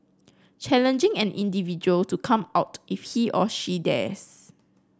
challenging an individual to come out if he or she dares